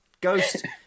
ghost